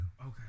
Okay